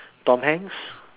tom-hanks